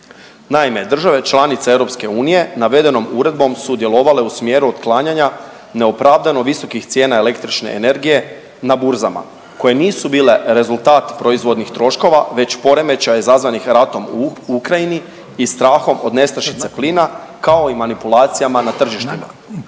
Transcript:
Naime, države članice EU navedenom uredbom sudjelovale u smjeru otklanjanja neopravdano visokih cijena električne energije na burzama koje nisu bile rezultat proizvodnih troškova već poremećaja izazvanih ratom u Ukrajini i strahom od nestašice plina kao i manipulacijama na tržištima.